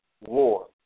war